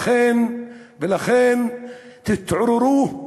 לכן, תתעוררו,